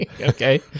Okay